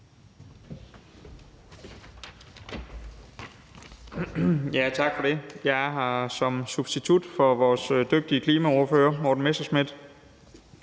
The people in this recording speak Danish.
Tak for det. Jeg er her som substitut for vores dygtige klimaordfører, Morten Messerschmidt.